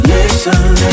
Listen